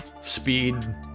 speed